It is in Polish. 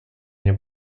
nie